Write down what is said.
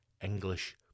English